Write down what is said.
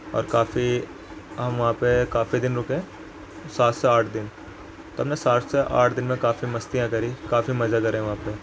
اور کافی ہم وہاں پہ کافی دن رکے سات سے آٹھ دن تو ہم نے سات سے آٹھ دن میں کافی مستیاں کریں کافی مزے کرے وہاں پہ